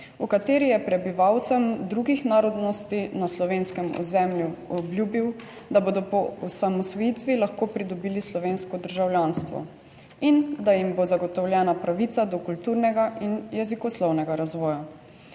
v kateri je prebivalcem drugih narodnosti na slovenskem ozemlju obljubil, da bodo po osamosvojitvi lahko pridobili slovensko državljanstvom in da jim bo zagotovljena pravica do kulturnega in jezikoslovnega razvoja.